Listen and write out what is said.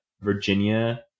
virginia